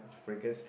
fragrance